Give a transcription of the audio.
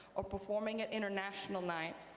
or performing at international night,